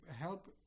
help